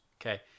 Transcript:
Okay